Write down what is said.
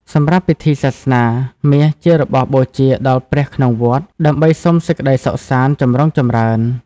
សម្រាប់ពិធីសាសនា មាសជារបស់បូជាដល់ព្រះក្នុងវត្ត ដើម្បីសុំសេចក្ដីសុខសាន្តចំរុងចម្រើន។